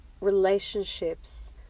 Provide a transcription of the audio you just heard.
relationships